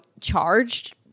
charged